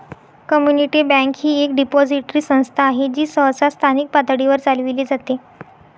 community bank ही एक depository संस्था आहे जी सहसा स्थानिक पातळीवर चालविली जाते